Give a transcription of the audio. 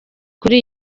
kuri